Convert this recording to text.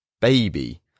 baby